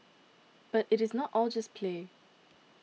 but it is not all just play